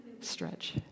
stretch